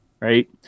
right